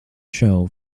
show